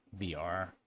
VR